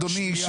אדוני,